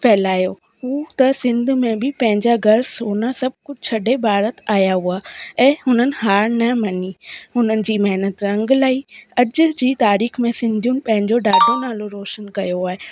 फैलायो हू त सिंध में बि पंहिंजा घर सोना सब कुछ छॾे भारत आहिया हुआ ऐं हुननि हार न मनी हुननि जी महिनतु रंग लाई अॼ जी तारीख़ में सिंधियुनि पंहिंजो ॾाढो नालो रोशन कयो आहे